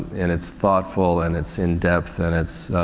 and it's thoughtful and its in depth and it's,